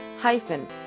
hyphen